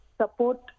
support